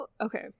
okay